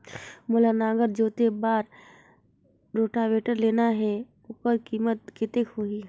मोला नागर जोते बार रोटावेटर लेना हे ओकर कीमत कतेक होही?